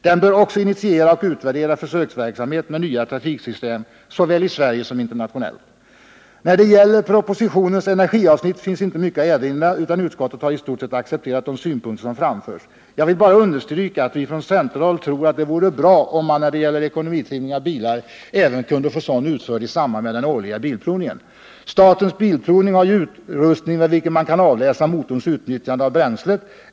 Den bör också initiera och utvärdera försöksverksamhet med nya trafiksystem såväl i Sverige som internationellt. När det gäller propositionens energiavsnitt finns inte mycket att erinra, utan utskottet har i stort sett accepterat de synpunkter som framförs. Jag vill bara understryka att vi från centerhåll tror att det vore bra om man kunde få ekonomitrimning av bilar utförd i samband med den årliga bilprovningen. Svensk Bilprovning har ju utrustning med vilken man kan avläsa motorns utnyttjande av bränslet.